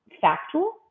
factual